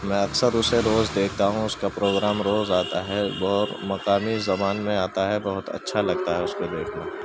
میں اکثر اسے روز دیکھتا ہوں اس کا پروگرام روز آتا ہے اور مقامی زبان میں آتا ہے بہت اچھا لگتا ہے اس میں دیکھنا